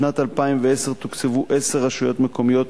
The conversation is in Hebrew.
בשנת 2010 תוקצבו עשר רשויות מקומיות